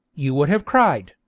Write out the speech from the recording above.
you would have cried,